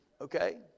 Okay